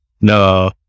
No